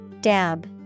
Dab